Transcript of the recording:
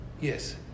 yes